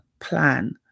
plan